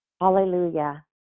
Hallelujah